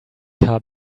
car